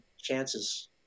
chances